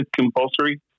compulsory